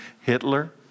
Hitler